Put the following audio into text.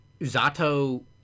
Zato